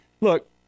look